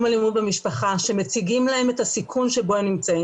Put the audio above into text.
אלימות במשפחה שמציגים להם את הסיכון שבו הם נמצאים.